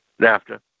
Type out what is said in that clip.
NAFTA